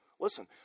Listen